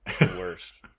Worst